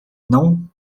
não